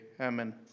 Amen